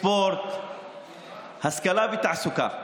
בספורט ובתעסוקה.